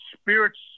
spirits